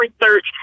research